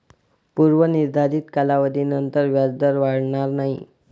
पूर्व निर्धारित कालावधीनंतर व्याजदर वाढणार नाही